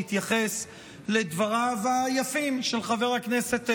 להתייחס לדבריו היפים של חבר הכנסת בוסו,